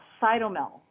Cytomel